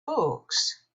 books